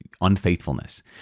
unfaithfulness